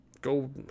go